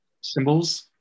symbols